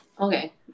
Okay